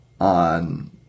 on